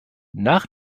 nach